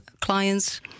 client's